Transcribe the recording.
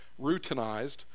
routinized